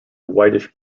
whitish